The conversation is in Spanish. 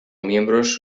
miembros